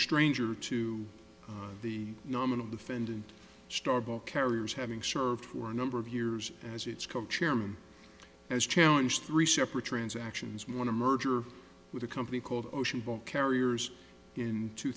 stranger to the nominal defendant starbuck carriers having served for a number of years as its cochairman as challenge three separate transactions we want to merger with a company called ocean ball carriers in two